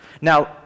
Now